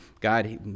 God